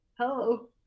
Hello